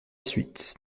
suite